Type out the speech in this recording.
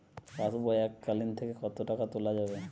পাশবই এককালীন থেকে কত টাকা তোলা যাবে?